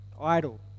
idle